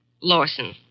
Lawson